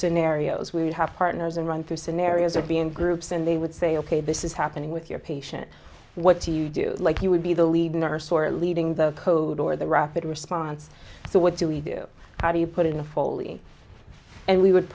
scenarios we'd have partners and run through scenarios or be in groups and they would say ok this is happening with your patient what do you do like you would be the lead nurse or leading the code or the rapid response so what do we do how do you put in a fully and we would